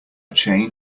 chain